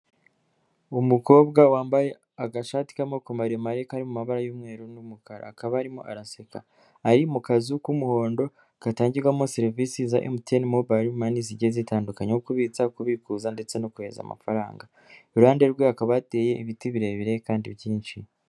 Umukobwa wambaye agashati k'amako maremare kari mu mabara y'umweru n'umukara, akaba arimo araseka ari mu kazu k'umuhondo gatangirwamo serivise za Emutiyeni mobayiro mani zigiye zitandukanye nko kubitsa, kubikuza ndetse no kohereza amafaranga, iruhande rwe hakaba hateye ibiti birebire kandi byinshi.